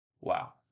Wow